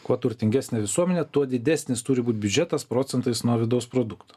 kuo turtingesnė visuomenė tuo didesnis turi būti biudžetas procentais nuo vidaus produkto